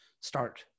start